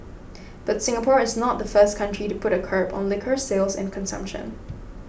but Singapore is not the first country to put a curb on liquor sales and consumption